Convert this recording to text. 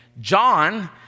John